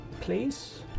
please